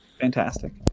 Fantastic